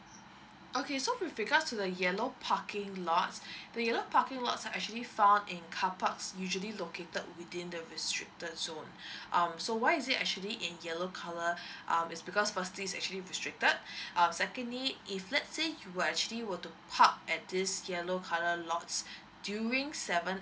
okay so with regards to the yellow parking lots the yellow parking lots are actually found in car parks usually located within the restricted zone um so why is it actually in yellow colour um is because firstly actually restricted err secondly if let's say you were actually were to park at this yellow colour lots during seven